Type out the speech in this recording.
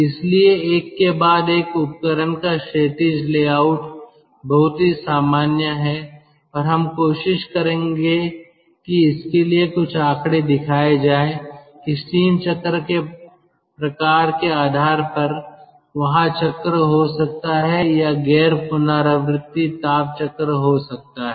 इसलिए एक के बाद एक उपकरण का क्षैतिज लेआउट बहुत ही सामान्य है और हम कोशिश करेंगे कि इसके लिए कुछ आंकड़े दिखाए जाएं कि स्टीम चक्र के प्रकार के आधार पर वहाँ चक्र हो सकता है या गैर पुनरावृत्ति ताप चक्र हो सकता है